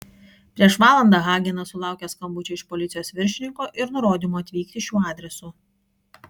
prieš valandą hagenas sulaukė skambučio iš policijos viršininko ir nurodymo atvykti šiuo adresu